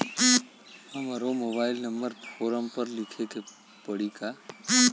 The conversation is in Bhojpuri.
हमरो मोबाइल नंबर फ़ोरम पर लिखे के पड़ी का?